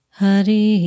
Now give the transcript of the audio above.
hari